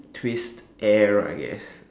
twist air I guess